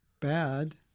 bad